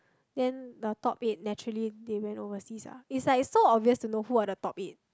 then the top eight naturally they went overseas lah is like so obvious to know who's the top eight